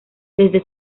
debe